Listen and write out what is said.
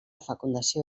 fecundació